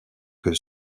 que